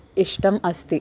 इष्टम् अस्ति